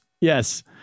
Yes